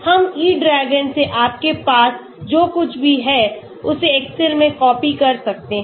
हम E DRAGON से आपके पास जो कुछ भी है उसे एक्सेल से कॉपी कर सकते हैं